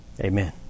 Amen